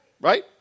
Right